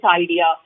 idea